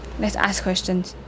let's ask questions